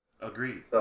Agreed